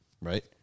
Right